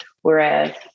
Whereas